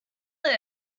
love